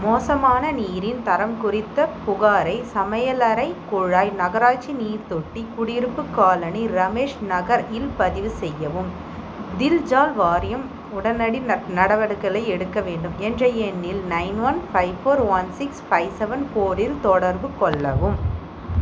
மோசமான நீரின் தரம் குறித்த புகாரை சமையலறை குழாய் நகராட்சி நீர் தொட்டி குடியிருப்பு காலனி ரமேஷ் நகர் இல் பதிவு செய்யவும் தில் ஜால் வாரியம் உடனடி ந நடவடிக்கைகளை எடுக்க வேண்டும் என்ற எண்ணில் nine one five four one six five seven ஃபோரில் தொடர்பு கொள்ளவும்